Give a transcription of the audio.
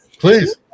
Please